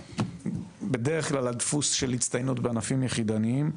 בדרך כלל הדפוס של הצטיינות בענפים יחידניים,